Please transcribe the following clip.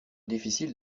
difficile